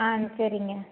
ஆ சரிங்க